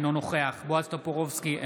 אינו נוכח בועז טופורובסקי,